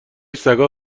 سگا